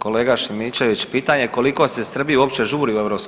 Kolega Šimičević, pitanje je koliko se Srbiji uopće žuri u EU,